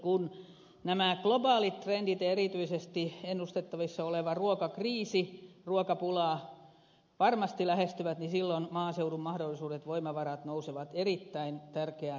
kun nämä globaalit trendit ja erityisesti ennustettavissa oleva ruokakriisi ruokapula varmasti lähestyvät silloin maaseudun mahdollisuudet voimavarat nousevat erittäin tärkeään rooliin